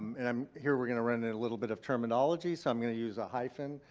and um here we're going to run into a little bit of terminology, so i'm going to use a hyphen,